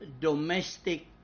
domestic